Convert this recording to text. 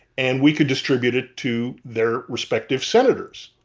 and we could distribute it to their respective senators.